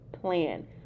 plan